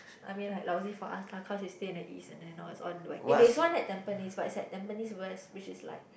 I mean like lousy for us lah cause he stays in the east and then it's all on like but there's one in tampines but it's at tampines West which is like